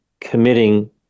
committing